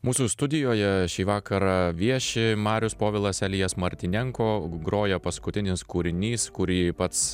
mūsų studijoje šį vakarą vieši marius povilas elijas martynenko groja paskutinis kūrinys kurį pats